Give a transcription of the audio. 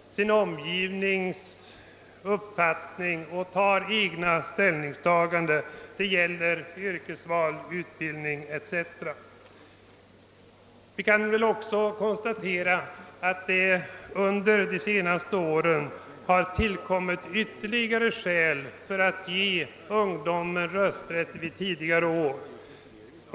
sin omgivnings uppfattning och gör egna ställningstaganden; detta gäller utbildning, yrkesval etc. Vi kan väl också konstatera att det under de senaste åren tillkommit ytterligare skäl för att ge ungdomen rösträtt vid tidigare år.